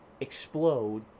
explode